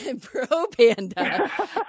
Pro-panda